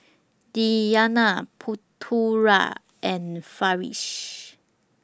Diyana Putera and Farish